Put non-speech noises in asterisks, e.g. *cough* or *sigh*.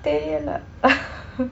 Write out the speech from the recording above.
தெரியலை:theriyalei *noise*